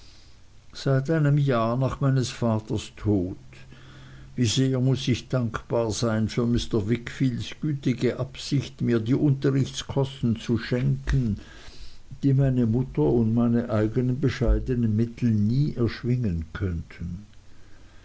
seit einem jahr nach meines vaters tod wie sehr muß ich dankbar sein für mr wickfields gütige absicht mir die unterrichtskosten zu schenken die meiner mutter und meine eignen bescheidnen mittel nie nicht erschwingen könnten